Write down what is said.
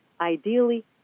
ideally